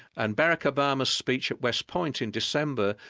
and barack obama's speech at west point in december,